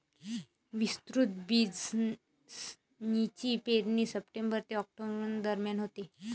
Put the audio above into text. विस्तृत बीन्सची पेरणी सप्टेंबर ते ऑक्टोबर दरम्यान होते